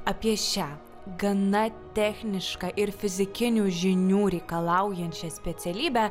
apie šią gana technišką ir fizikinių žinių reikalaujančią specialybę